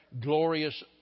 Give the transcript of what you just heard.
glorious